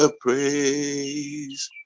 praise